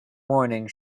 morning